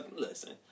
Listen